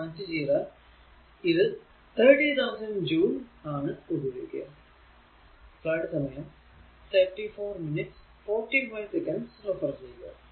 ഇത് കണക്ട് ചെയ്താൽ ഇത് 30000 ജൂൾ ആണ് ഉപയോഗിക്കുക